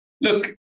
Look